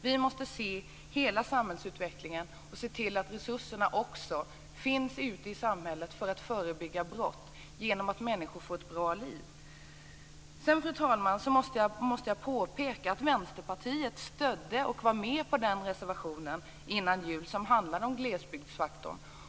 Vi måste se till hela samhällsutvecklingen och se till att resurserna finns också ute i samhället för att förebygga brott genom att människor får ett bra liv. Fru talman! Sedan måste jag påpeka att Vänsterpartiet stödde och var med på den reservation som avgavs innan jul och som handlade om glesbygdsfaktorn.